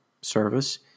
service